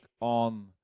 on